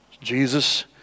Jesus